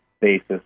basis